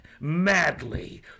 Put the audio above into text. madly